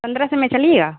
پندرہ سو میں چلیے گا